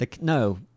No